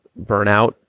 burnout